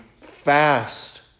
fast